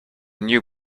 new